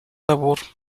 labor